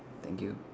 thank you